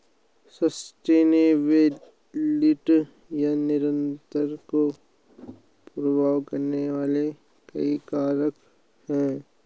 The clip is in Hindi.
सस्टेनेबिलिटी या निरंतरता को प्रभावित करने वाले कई कारक हैं